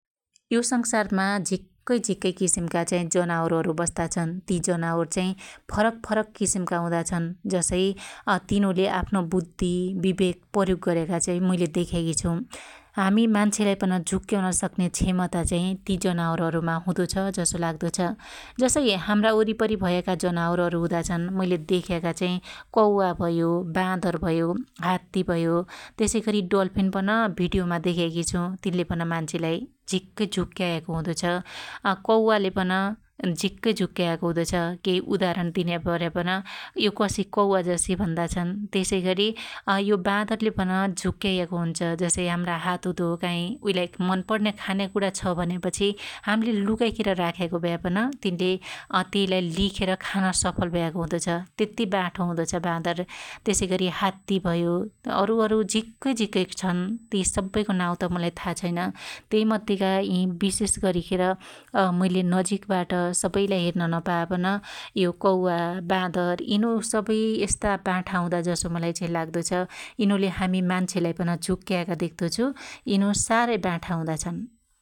यो संसारमा झिक्कै झीक्कै किसिमका चाहि जनावरहरु बस्ताछन् । ति जनावर चाहि फरक फरक किसिमका हुदा छन्, जसै तिनुले आफ्नो बुद्दी बिबेक प्रयोग गर्याका चाहि मुईले देख्याकी छु । हामी मान्छेलाई पन झुक्याउन सक्ने क्षेमता चाहि ति जनावरहरुमा हुदोछ जसो लाग्दो छ । जसै हाम्रा वरिपरि भयाका जनावरहरु हुदा छन, मुईले देख्याका चाइ कौवा भयो बादर भयो हात्ती भयो त्यसैगरी डल्फिन पन भिडीयोमा देख्याकी छु तिनले पन मान्छेलाई झिक्कै झुक्याएको हुदोछ । कौवाले पन झिक्कै झुक्याको हुदो छ । केइ उदारण दिन्या प्रयापन यो कसि कौवाजसि भन्दा छन् । त्यसैगरी यो बादरले पन झुक्याएको हुन्छ । जसै हाम्रा हातुदो काई उइलाई मन पणन्या खान्याकुरा छ भन्यापछि हाम्ले लुकाइखेर राख्याको भयापन तिनले त्यइलाई लिखेर खान सफल भयाको हुदो छ ,त्यत्ती बाठो हुदो छ बादर । त्यसैगरी हात्ती भयो अरुअरु झक्कै झीक्कै छन् । ति सब्बैको नाउ त मुलाइ थाँहा छैन । त्यै मध्येका यी बिशेषागरीखेर मुइले नजिक बाट सबैलाई हेर्न नपायापन यो कौवा बादर यिनु सबै यस्ता बाठा हुदा जसो मुलाई चाहि लाग्दो छ । यिनुले हामी मना्छेलाई पन झुक्याका देख्दो छु । यिनु सार्है बाठा हुदा छन् ।